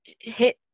hit